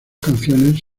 canciones